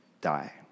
die